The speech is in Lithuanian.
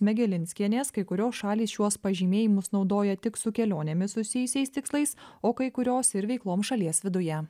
smegelinskienės kai kurios šalys šiuos pažymėjimus naudoja tik su kelionėmis susijusiais tikslais o kai kurios ir veiklom šalies viduje